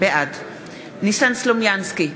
בעד ניסן סלומינסקי,